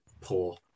poor